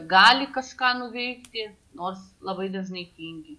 gali kažką nuveikti nors labai dažnai tingi